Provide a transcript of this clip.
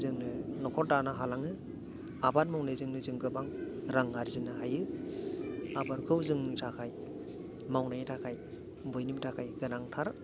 जोंनो न'खर दानो हालाङो आबाद मावनायजोंनो जों गोबां रां आरजिनो हायो आबादखौ जोंनि थाखाय मावनायनि थाखाय बयनिबो थाखाय गोनांथार